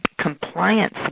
compliance